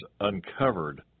uncovered